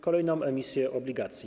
Kolejną emisję obligacji.